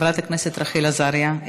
חברת הכנסת רחל עזריה,